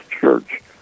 church